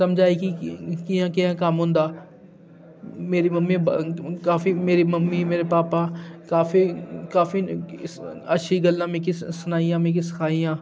समझ आई कि कियां कि'यां कम्म होंदा मेरी मम्मी काफी मेरी मम्मी मेरे भापा काफी काफी अच्छी गल्लां मिकी सनाइयां मिकी सखाइयां